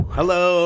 Hello